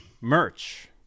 Merch